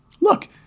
Look